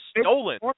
stolen